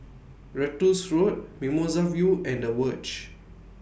Ratus Road Mimosa View and The Verge